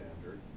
standard